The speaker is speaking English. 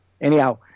anyhow